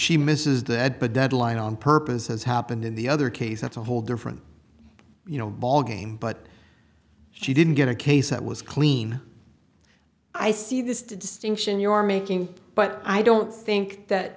she misses that but deadline on purpose has happened in the other case that's a whole different you know ball game but she didn't get a case that was clean i see this distinction you are making but i don't think that